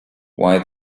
why